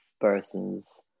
persons